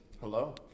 Hello